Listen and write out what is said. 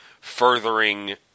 furthering